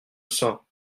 cent